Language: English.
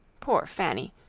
poor fanny!